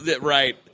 Right